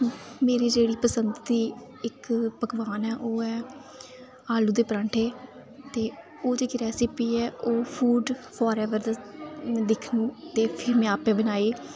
मेरी जेह्ड़ी पसंद दी इक्क पकवान ऐ ओह् ऐ आलू दे परांठे ते ओह् जेह्की रैसिपी ऐ ओह् फूड फारएवर ते दिक्खी फिर मीं आपें बनाई